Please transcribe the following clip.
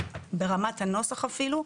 ברמת הנוסח אפילו,